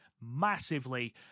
massively